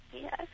Yes